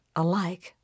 alike